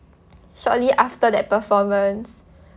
shortly after that performance